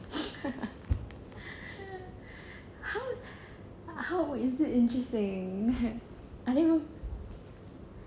how how is it interesting I didn't even